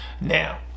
Now